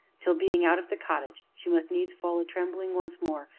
till, being out of the cottage, she must needs fall a-trembling once more,